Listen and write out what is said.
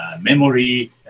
memory